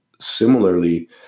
similarly